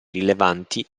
rilevanti